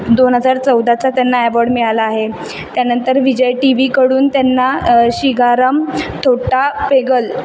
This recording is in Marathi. दोन हजार चौदाचा त्यांना ॲवॉर्ड मिळाला आहे त्यानंतर विजय टी व्हीकडून त्यांना शिगारम थोटा पेगल